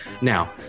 Now